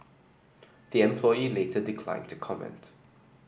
the employee later declined to comment